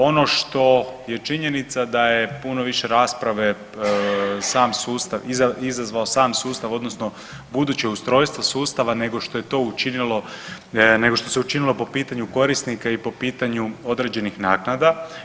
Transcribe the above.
Ono što je činjenica, da je puno više rasprave sam sustav, izazvao sam sustav, odnosno buduće ustrojstvo sustava, nego što je to učinilo, nego što se učinilo i po pitanju korisnika i po pitanju određenih naknada.